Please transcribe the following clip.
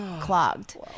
clogged